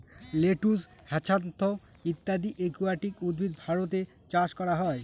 lettuce, hyacinth ইত্যাদি aquatic উদ্ভিদ ভারতে চাষ করা হয়